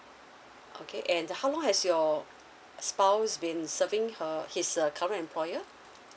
okay and how long has your spouse been serving her his uh current employer